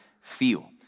feel